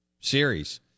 series